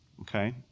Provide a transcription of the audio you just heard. Okay